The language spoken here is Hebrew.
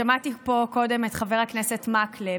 שמעתי פה קודם את חבר הכנסת מקלב,